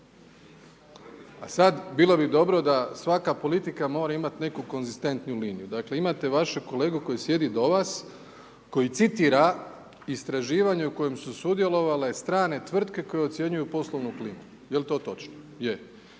A sada bilo bi dobro da svaka politika mora imati neku konzistentniju liniju. Dakle, imate vašega kolegu koji sjedi do vas, koji citira istraživanje u kojem su sudjelovale strane tvrtke koje ucjenjuju poslovnu klimu. Jel to točno? Je.